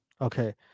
Okay